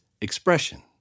expression